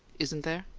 isn't there?